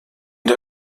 der